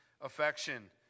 affection